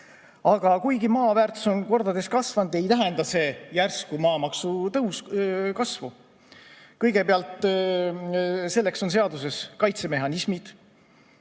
Aga kuigi maa väärtus on kordades kasvanud, ei tähenda see järsku maamaksu kasvu. Kõigepealt, selleks on seaduses kaitsemehhanismid.